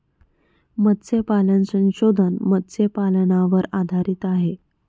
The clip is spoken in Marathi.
मत्स्यपालन संशोधन मत्स्यपालनावर आधारित आहे